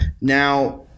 now